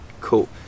cool